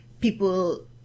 people